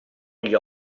gli